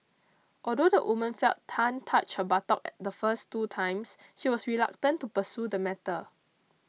although the woman felt Tan touch her buttock the first two times she was reluctant to pursue the matter